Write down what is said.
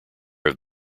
have